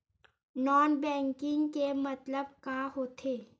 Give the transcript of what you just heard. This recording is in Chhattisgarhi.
नॉन बैंकिंग के मतलब का होथे?